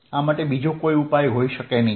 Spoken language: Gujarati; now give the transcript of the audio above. આ માટે બીજો કોઈ ઉપાય હોઈ શકે નહીં